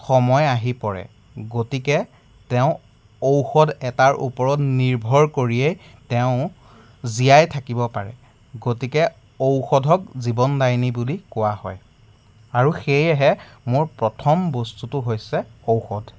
সময় আহি পৰে গতিকে তেওঁ ঔষধ এটাৰ ওপৰত নিৰ্ভৰ কৰিয়ে তেওঁ জীয়াই থাকিব পাৰে গতিকে ঔষধক জীৱনদায়িনী বুলি কোৱা আৰু সেয়েহে মোৰ প্ৰথম বস্তুটো হৈছে ঔষধ